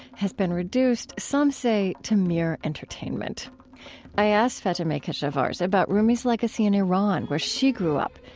has been reduced, some say, to mere entertainment i asked fatemeh keshavarz about rumi's legacy in iran, where she grew up,